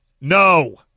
No